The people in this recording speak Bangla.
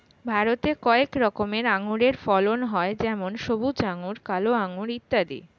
ভারতে কয়েক রকমের আঙুরের ফলন হয় যেমন সবুজ আঙুর, কালো আঙুর ইত্যাদি